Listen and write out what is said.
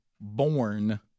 born